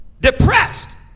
Depressed